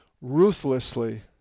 ruthlessly